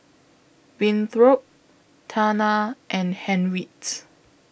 Winthrop Tana and Henriette